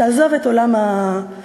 תעזוב את עולם השודדים,